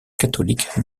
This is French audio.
catholiques